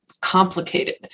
complicated